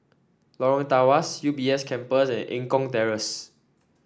Lorong Tawas U B S Campus and Eng Kong Terrace